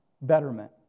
betterment